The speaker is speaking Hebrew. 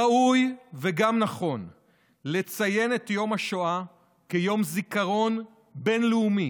ראוי וגם נכון לציין את יום השואה כיום זיכרון בין-לאומי.